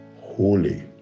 holy